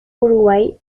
uruguay